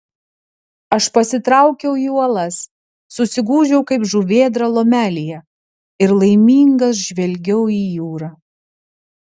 aš pasitraukiau į uolas susigūžiau kaip žuvėdra lomelėje ir laimingas žvelgiau į jūrą